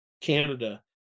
Canada